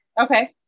Okay